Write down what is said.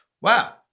wow